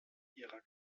ihrer